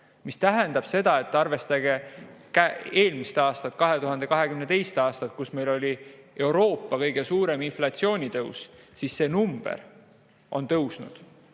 See tähendab, et arvestades eelmist aastat, 2022. aastat, kui meil oli Euroopa kõige suurem inflatsiooni tõus, on see number tõusnud.